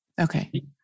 Okay